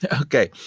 Okay